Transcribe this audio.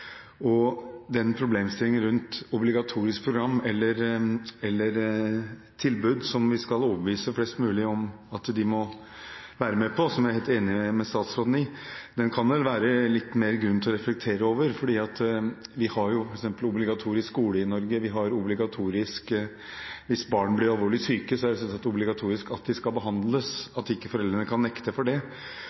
Problemstillingen rundt obligatorisk program eller tilbud – som vi skal overbevise flest mulig om at de må være med på, noe jeg er helt enig med statsråden i – kan det vel være litt mer grunn til å reflektere over. Vi har f.eks. obligatorisk skole i Norge, og hvis barn blir alvorlig syke, er det selvsagt obligatorisk at de skal behandles, at ikke foreldrene kan nekte det.